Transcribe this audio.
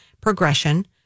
progression